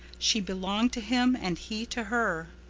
she belonged to him and he to her.